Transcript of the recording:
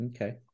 Okay